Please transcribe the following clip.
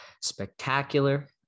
spectacular